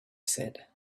said